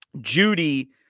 Judy